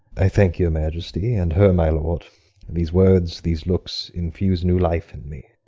i thank your majesty and her, my lord these words, these looks, infuse new life in me.